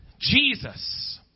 Jesus